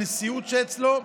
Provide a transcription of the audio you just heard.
הנשיאות אצלו,